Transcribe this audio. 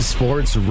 Sports